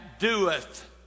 doeth